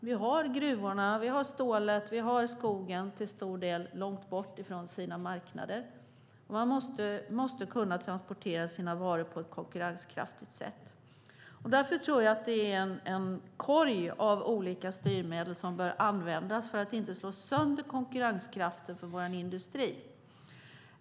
Vi har gruvorna, vi har stålet, och vi har skogen till stor del långt bort ifrån sina marknader. Man måste kunna transportera sina varor på ett konkurrenskraftigt sätt. Därför tror jag att det är en korg av olika styrmedel som bör användas för att inte slå sönder konkurrenskraften för vår industri.